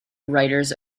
writers